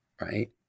right